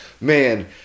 man